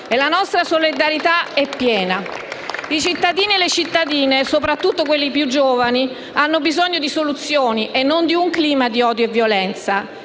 dal Gruppo PD)*. I cittadini e le cittadine, soprattutto i più giovani, hanno bisogno di soluzioni e non di un clima di odio e violenza.